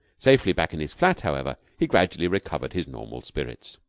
safely back in his flat, however, he gradually recovered his normal spirits.